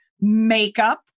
makeup